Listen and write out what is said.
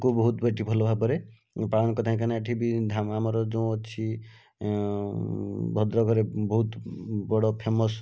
କୁ ବହୁତ ଏଠି ଭଲ ଭାବରେ ପାଳନ କରିଥାନ୍ତି ଏଠି ବି ଆମର ଯେଉଁ ଅଛି ଭଦ୍ରକରେ ବହୁତ ବଡ଼ ଫେମସ୍